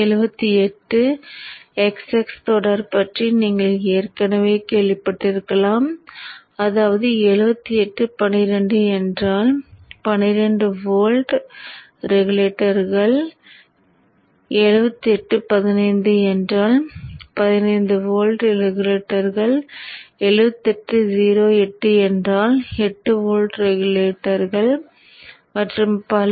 78xx தொடர் பற்றி நீங்கள் ஏற்கனவே கேள்விப்பட்டிருக்கலாம் அதாவது 7812 என்றால் 12 வோல்ட் ரெகுலேட்டர்கள் 7815 என்றால் 15 வோல்ட் ரெகுலேட்டர்கள் 7808 என்றால் 8 வோல்ட் ரெகுலேட்டர்கள் மற்றும் பல